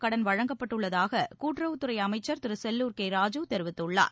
கடன் வழங்கப்பட்டுள்ளதாக கூட்டுறவுத்துறை அமைச்சர் திரு செல்லூர் கே ராஜூ தெரிவித்துள்ளார்